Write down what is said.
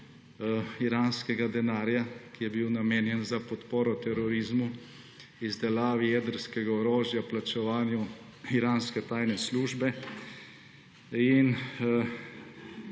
iranskega denarja, ki je bil namenjen za podporo terorizmu, izdelavi jedrskega orožja, plačevanju iranske tajne službe.